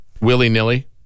Willy-nilly